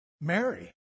Mary